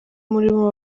muribo